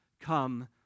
come